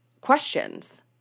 questions